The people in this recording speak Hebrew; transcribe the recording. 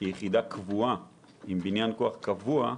הפכה ליחידה קבועה שיש לה כוח אדם קבוע,